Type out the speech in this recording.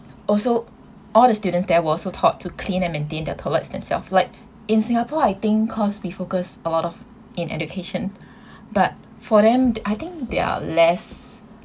also all the students there were also taught to clean and maintain the toilets themselves like in singapore I think cause we focus a lot of in education but for them I think they're less